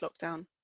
lockdown